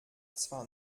zwar